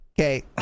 okay